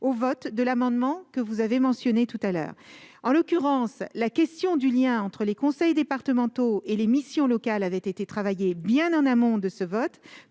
au vote de l'amendement que vous avez mentionné. En l'occurrence, la question du lien entre les conseils départementaux et les missions locales avait été travaillée bien en amont de ce vote,